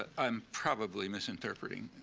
ah i'm probably misinterpreting.